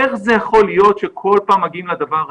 איך זה יכול להיות שכל פעם מגיעים לדבר הזה?